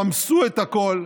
רמסו את הכול,